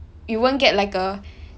you won't get like a